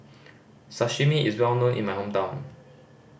sashimi is well known in my hometown